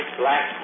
black